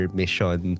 mission